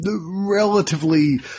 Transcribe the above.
relatively